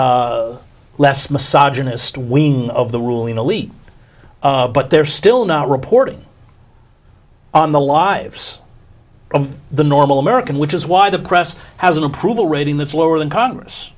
honest wing of the ruling elite but they're still not reporting on the lives of the normal american which is why the press has an approval rating that's lower than congress